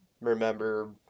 remember